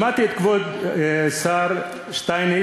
שמעתי את כבוד השר שטייניץ.